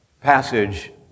passage